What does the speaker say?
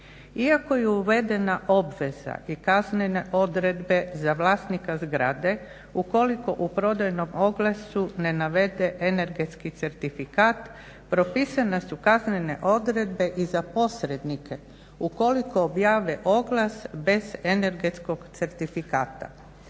Iako je uvedena obveza i kaznene odredbe za vlasnika zgrade, ukoliko u prodajnom oglasu ne navede energetski certifikat propisane su kaznene odredbe i za posrednike ukoliko objave oglas bez energetskog certifikata.